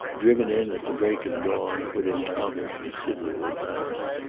driving in at the break of dawn, would encounter considerable glass.